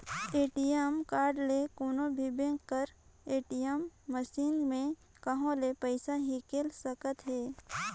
ATM card ले कोनो भी बेंक कर ए.टी.एम मसीन में कहों ले पइसा हिंकाएल सकत अहे